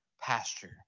pasture